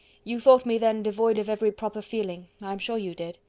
you thought me then devoid of every proper feeling, i am sure you did.